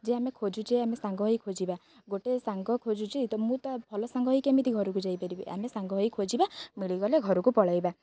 ଯେ ଆମେ ଖୋଜୁ ଯେ ଆମେ ସାଙ୍ଗ ହେଇ ଖୋଜିବା ଗୋଟେ ସାଙ୍ଗ ଖୋଜୁଛି ତ ମୁଁ ତା ଭଲ ସାଙ୍ଗ ହେଇ କେମିତି ଘରକୁ ଯାଇପାରିବି ଆମେ ସାଙ୍ଗ ହେଇ ଖୋଜିବା ମିଳିଗଲେ ଘରକୁ ପଳାଇବା